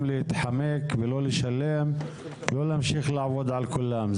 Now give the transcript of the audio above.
להתחמק ולא לשלם אלא להמשיך לעבוד על כולם.